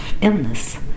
illness